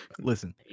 Listen